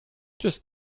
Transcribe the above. just